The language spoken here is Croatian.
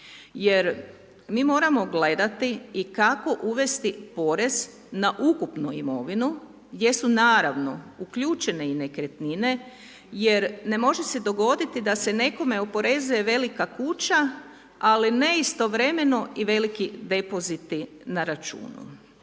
Jer mi moramo gledati i kako uvesti porez na ukupnu imovinu, gdje su naravno uključene i nekretnine jer ne može se dogoditi da se nekome oporezuje velika kuća, ali ne istovremeno i veliki depoziti na računu.